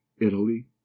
italy